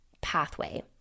pathway